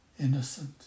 innocent